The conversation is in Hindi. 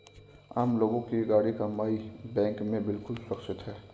आम लोगों की गाढ़ी कमाई बैंक में बिल्कुल सुरक्षित है